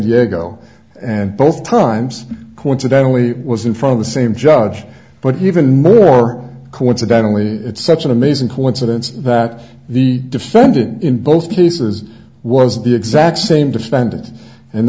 diego and both times coincidentally was in front of the same judge but even more coincidentally it's such an amazing coincidence that the defendant in both cases was the exact same defendant and